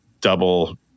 double